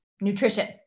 nutrition